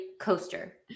coaster